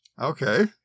Okay